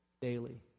daily